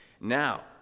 Now